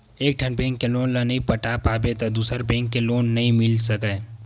एकठन बेंक के लोन ल नइ पटा पाबे त दूसर बेंक ले लोन नइ मिल सकय